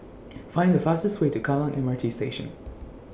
Find The fastest Way to Kallang M R T Station